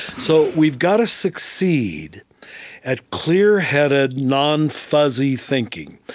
so we've got to succeed at clear-headed, non-fuzzy thinking.